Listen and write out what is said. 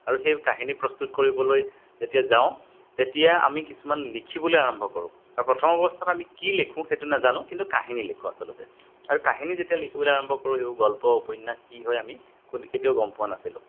আৰু সেই কাহিনী প্ৰস্তুত কৰিবলৈ যেতিয়া যাওঁ তেতিয়া আমি কিছুমান লিখিবলে আৰম্ভ কৰোঁ আৰু প্ৰথম অৱস্থাত আমি কি লিখোঁ সেইটো নাজানো কিন্তু কাহিনী লিখোঁ আচলতে আৰু কাহিনী যেতিয়া লিখিবলৈ আৰম্ভ কৰোঁ সেইবোৰ গল্প উপন্যাস কি হয় আমি কেতিয়াও গম পোৱা নাছিলোঁ